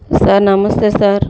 sir నమస్తే sir